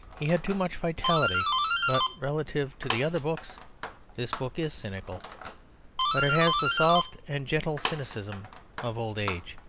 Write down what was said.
he had too much vitality but relatively to the other books this book is cynical but it has the soft and gentle cynicism of old age,